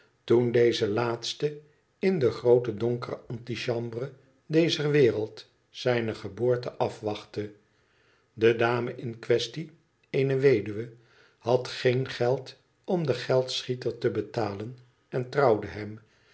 toen deze laatste m de groote donkere antichambre dezer wereld zijne geboorte afwachtte de dame in quaestie eene weduwe had geen geld om den geldschieter te betalen en trouwde hem